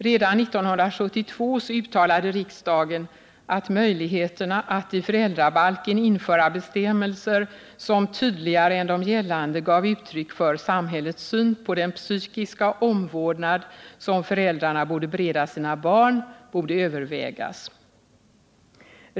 Redan 1972 uttalade riksdagen att möjligheterna att i föräldrabalken införa bestämmelser som tydligare än de nu gällande gav uttryck för samhällets syn på den psykiska omvårdnad som föräldrarna borde bereda sina barn skulle övervägas.